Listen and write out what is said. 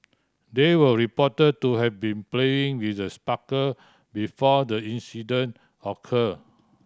they were report to have been playing with the sparkler before the incident occur